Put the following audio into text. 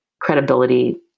credibility